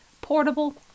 Portable